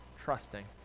Trusting